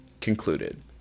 Concluded